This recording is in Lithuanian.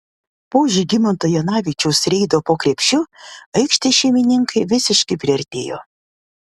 po žygimanto janavičiaus reido po krepšiu aikštės šeimininkai visiškai priartėjo